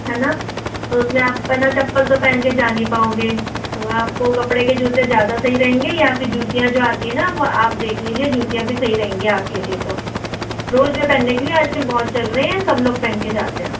है न तो उसमें आप है न चप्पल तो पहनकर जा नहीं पाओगे तो आपको कपड़े के जूते ज़्यादा सही रहेंगे या फिर जूतियाँ जो आती है न वह आप देख लीजिए जूतियाँ भी सही रहेंगी आपके लिए तो रोज़ में पहनने के लिए आजकल बहुत चल रहे हैं सब लोग पहनकर जाते हैं